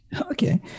Okay